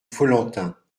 follentin